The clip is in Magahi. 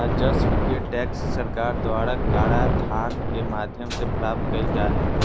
राजस्व के टैक्स सरकार द्वारा कराधान के माध्यम से प्राप्त कइल जा हइ